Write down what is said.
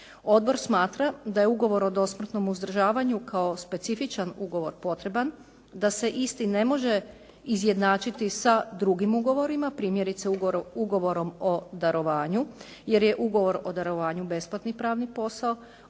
Odbor smatra da je ugovor o dosmrtnom uzdržavanju kao specifičan ugovor potreban, da se isti ne može izjednačiti sa drugim ugovorima, primjerice ugovorom o darovanju jer je ugovor o darovanju besplatni pravni posao.